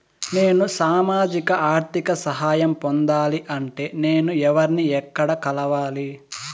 నేను సామాజిక ఆర్థిక సహాయం పొందాలి అంటే నేను ఎవర్ని ఎక్కడ కలవాలి?